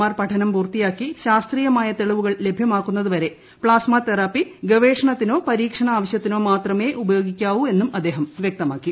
R പഠനം പൂർത്തിയാക്കി ശാസ്ത്രീയമായ തെളിവുകൾ ലഭ്യമാക്കുന്നതുവരെ പ്താസ്മ തെറാപ്പി ഗവ്രേഷണത്തിനോ പരീക്ഷണ ആവശ്യത്തിനോ മാത്രമേ ഉപയോഗിക്ക്റ്റുപ്പു എന്നും അദ്ദേഹം വ്യക്തമാക്കി